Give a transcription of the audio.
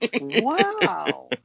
wow